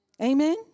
Amen